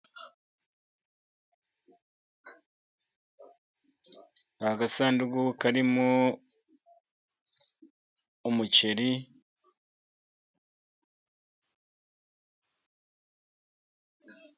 Ni agasanduku karimo umuceri.